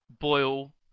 boil